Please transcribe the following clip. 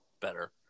better